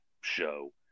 show